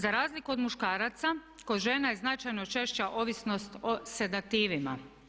Za razliku od muškaraca kod žena je značajno češća ovisnost o sedativima.